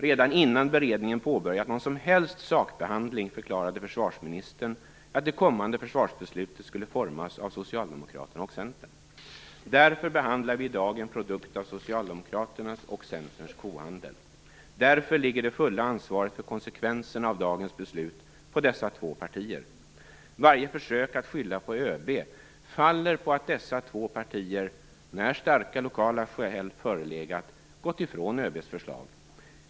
Redan innan beredningen påbörjat någon som helst sakbehandling förklarade försvarsministern att det kommande försvarsbeslutet skulle formas av Socialdemokraterna och Centern. Därför behandlar vi i dag en produkt av Socialdemokraternas och Centerns kohandel. Därför ligger det fulla ansvaret för konsekvenserna av dagens beslut på dessa två partier. Varje försök att skylla på ÖB faller på att dessa två partier, när starka lokala skäl förelegat, gått ifrån ÖB:s förslag.